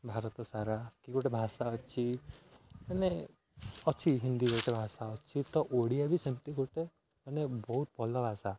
ଭାରତ ସାରା କି ଗୋଟେ ଭାଷା ଅଛି ମାନେ ଅଛି ହିନ୍ଦୀ ଗୋଟେ ଭାଷା ଅଛି ତ ଓଡ଼ିଆ ବି ସେମିତି ଗୋଟେ ମାନେ ବହୁତ ଭଲ ଭାଷା